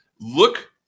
look